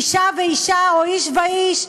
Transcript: אישה ואישה או איש ואיש,